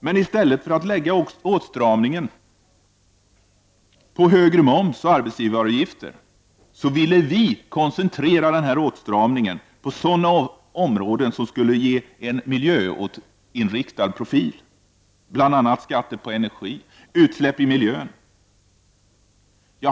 Men i stället för att lägga åtstramningen på högre moms och arbetsgivaravgifter ville vi koncentrera den till sådana områden som också skulle ge en miljöinriktad profil, bl.a. skatter på energi och utsläpp i miljön.